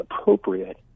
appropriate